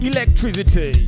Electricity